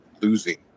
losing